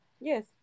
Yes